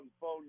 phone